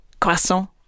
croissant